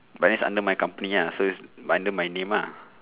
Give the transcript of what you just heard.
but this under my company ah so is under my name ah